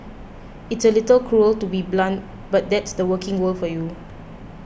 it's a little cruel to be so blunt but that's the working world for you